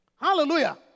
Hallelujah